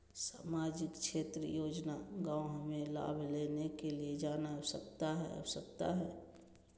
सामाजिक क्षेत्र योजना गांव हमें लाभ लेने के लिए जाना आवश्यकता है आवश्यकता है?